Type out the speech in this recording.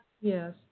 Yes